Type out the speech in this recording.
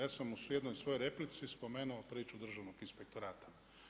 Ja sam u jednoj svojoj replici spomenuo priču državnog inspektorata.